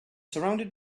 surrounded